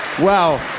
Wow